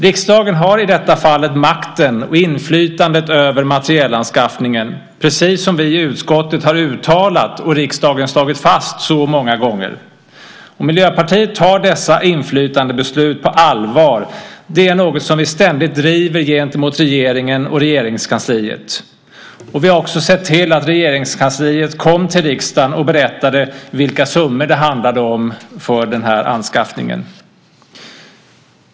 Riksdagen har i detta fall makten och inflytandet över materielanskaffningen, precis som vi i utskottet har uttalat och riksdagen slagit fast så många gånger. Miljöpartiet tar dessa inflytandebeslut på allvar. Det är något som vi ständigt driver gentemot regeringen och Regeringskansliet. Vi har också sett till att Regeringskansliet kom till riksdagen och berättade vilka summor det handlade om för den här anskaffningen.